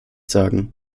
sagen